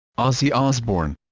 ozzy osbourne